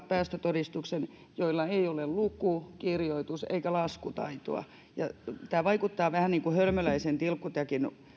päästötodistuksen ihmisiä joilla ei ole luku kirjoitus eikä laskutaitoa tämä vaikuttaa vähän kuin hölmöläisen tilkkutäkin